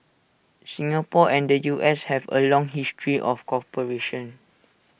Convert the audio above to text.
Singapore and the U S have A long history of cooperation